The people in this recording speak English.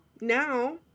now